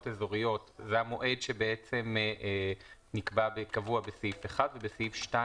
אזוריות זה המועד שבעצם קבוע בסעיף 1 ובסעיף 2